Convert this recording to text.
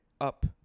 up